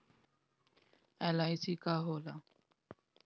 LIC का होला?